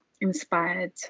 inspired